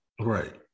Right